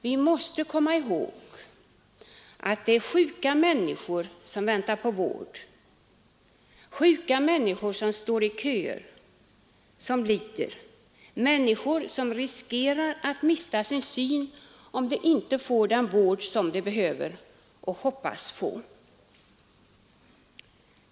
Vi måste komma ihåg att det är sjuka människor som väntar på vård, sjuka människor som står i köer och som lider — människor som riskerar mista sin syn om de ej får den vård de behöver och hoppas på.